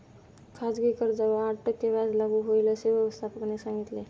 खाजगी कर्जावर आठ टक्के व्याज लागू होईल, असे व्यवस्थापकाने सांगितले